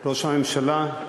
ראש הממשלה,